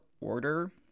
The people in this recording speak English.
order